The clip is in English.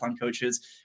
coaches